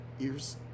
ears